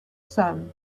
sun